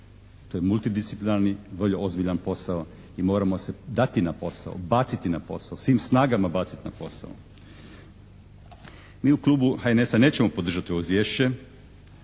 To je multidisciplinarni, volje ozbiljan posao i moramo se dati na posao, baciti na posao, svim snagama bacit na posao. Mi u klubu HNS-a nećemo podržati ovo izvješće,